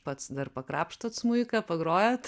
pats dar pakrapštot smuiką pagrojat